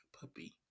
Puppy